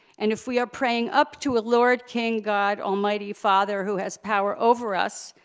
and if we are praying up to a lord, king, god, almighty father who has power over us,